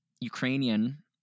Ukrainian